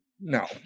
No